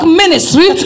ministry